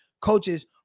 coaches